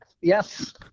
Yes